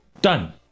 Done